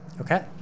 Okay